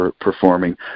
performing